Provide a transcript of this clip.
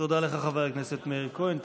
תודה לך, חבר הכנסת מאיר כהן.